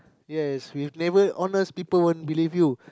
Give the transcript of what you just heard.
yes if never honest people won't believe you